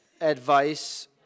advice